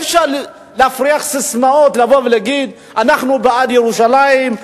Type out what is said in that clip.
אי-אפשר להפריח ססמאות ולבוא ולהגיד: אנחנו בעד ירושלים,